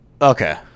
Okay